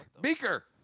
Beaker